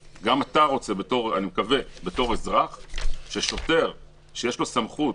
בתור אזרח אתה רוצה ששוטר, שיש לו סמכות